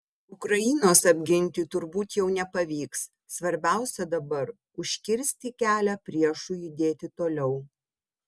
ukrainos apginti turbūt jau nepavyks svarbiausia dabar užkirsti kelią priešui judėti toliau